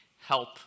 help